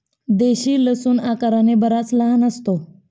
देशी लसूण आकाराने बराच लहान असतो